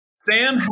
Sam